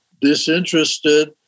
disinterested